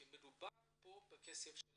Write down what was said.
כי המדובר כאן בכספי המדינה,